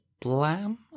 blam